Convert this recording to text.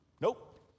nope